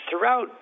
throughout